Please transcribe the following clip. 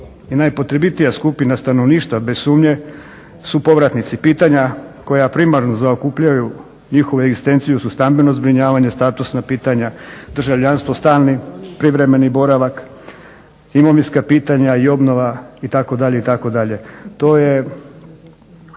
i najpotrebitija skupina stanovništva bez sumnje su povratnici. Pitanja koja primarno zaokupljaju njihovu egzistenciju su stambeno zbrinjavanje, statusna pitanja, državljanstvo, stalni, privremeni boravak, imovinska pitanja i obnova itd.